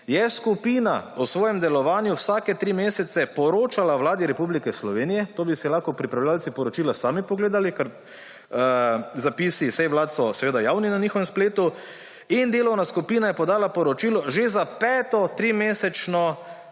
je skupina o svojem delovanju vsake tri mesece poročala Vladi Republike Slovenije. To bi si lahko pripravljavci poročila sami pogledali, ker zapisi iz sej Vlade so seveda javni na njihovem spletu. In delovna skupina je podala poročilo že za peto trimesečno